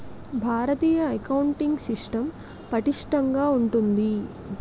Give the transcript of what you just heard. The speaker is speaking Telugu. భారతీయ అకౌంటింగ్ సిస్టం పటిష్టంగా ఉంటుంది